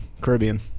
Caribbean